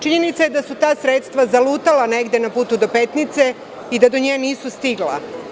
Činjenica je da su ta sredstva zalutala negde na putu do Petnice i da do nji nisu stigla.